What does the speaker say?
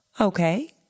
Okay